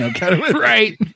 Right